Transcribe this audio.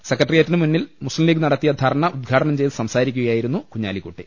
സെക്രട്ടേറിയ റ്റിന് മുന്നിൽ മുസ്ലിംലീഗ് നടത്തിയ ധർണ ഉദ്ഘാടനം ചെയ്ത് സംസാരിക്കുകയായിരുന്നു കുഞ്ഞാലിക്കുട്ടി